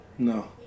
No